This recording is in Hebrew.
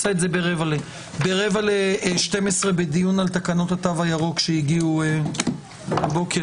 הישיבה ננעלה בשעה 11:32.